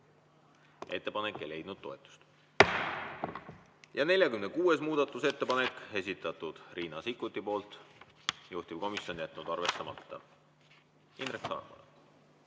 Ettepanek ei leidnud toetust.46. muudatusettepanek, esitanud Riina Sikkut. Juhtivkomisjon on jätnud arvestamata. Indrek Saar!